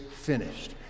finished